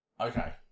Okay